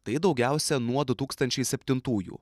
tai daugiausia nuo du tūkstančiai septintųjų